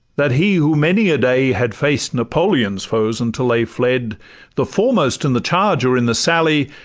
that he who many a day had faced napoleon's foes until they fled the foremost in the charge or in the sally,